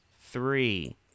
three